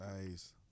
Nice